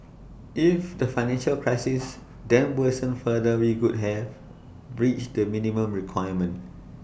if the financial crisis then worsened further we could have breached the minimum requirement